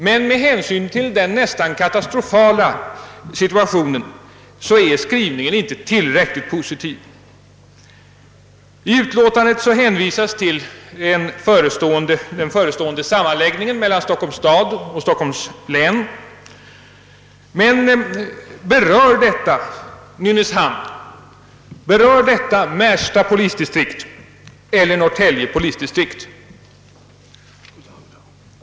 Men med hänsyn till den nästan katastrofala situationen är skrivningen inte tillräckligt positiv. I utlåtandet hänvisas till den förestående sammanläggningen mellan Stockholms stad och Stockholms län. Men berör denna sammanläggning Nynäshamn? Berör den Märsta polisdistrikt eller Norrtälje polisdistrikt?